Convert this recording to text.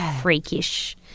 freakish